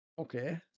Okay